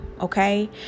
okay